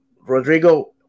rodrigo